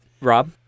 rob